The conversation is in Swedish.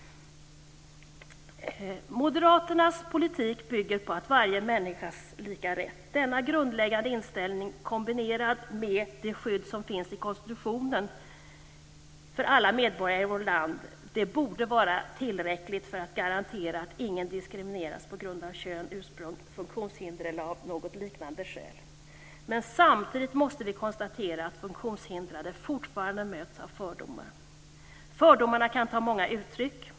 Moderaternas politik bygger på varje människas lika rätt. Denna grundläggande inställning kombinerad med det konstitutionella skyddet för alla medborgare i vårt land borde vara tillräckligt för att garantera att ingen diskrimineras på grund av kön, ursprung, funktionshinder eller något liknande. Men samtidigt måste vi konstatera att funktionshindrade fortfarande möts av fördomar. Fördomarna kan ta många uttryck.